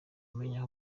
umenya